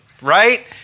right